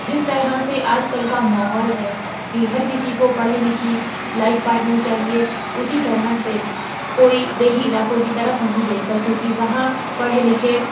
جس طرح سے آج کل کا ماحول ہے کہ ہر کسی کو پڑھی لکھی لائف پاٹنر چاہیے اسی طرح سے کوئی دیہی علاقوں کی طرف نہیں دیکھتا کیونکہ وہاں پڑھے لکھے